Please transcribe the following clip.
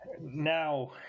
now